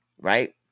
Right